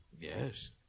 Yes